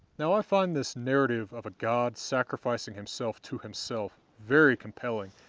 now, i find this narrative of a god sacrificing himself to himself very compelling,